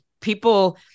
people